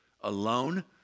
alone